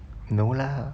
no lah